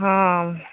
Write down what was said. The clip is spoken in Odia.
ହଁ